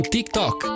TikTok